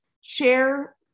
share